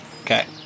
okay